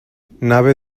nave